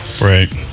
Right